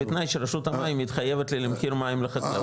בתנאי שרשות המים מתחייבת לי למחיר מים לעשרים שנה,